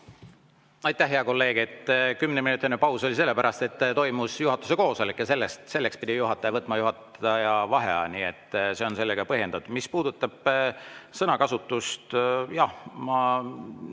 Aitäh, hea kolleeg! Kümneminutiline paus oli sellepärast, et toimus juhatuse koosolek. Selleks pidi juhataja võtma juhataja vaheaja. Nii et see on sellega põhjendatud. Mis puudutab sõnakasutust, siis